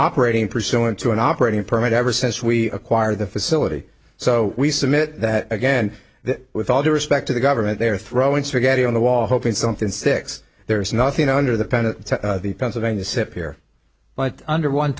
operating pursuant to an operating permit ever since we acquired the facility so we submit that again with all due respect to the government they are throwing spaghetti on the wall hoping something sticks there's nothing under the pen to the pennsylvania sip here but under one